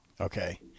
Okay